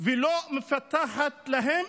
ולא מפתחת להם,